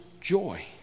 joy